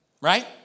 right